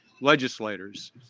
legislators